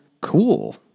cool